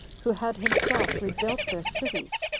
who had himself rebuilt their cities,